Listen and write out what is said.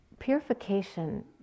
Purification